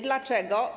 Dlaczego?